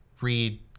read